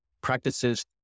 practices